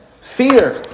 fear